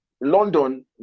London